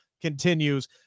continues